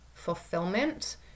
fulfillment